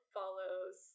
follows